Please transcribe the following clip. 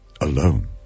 alone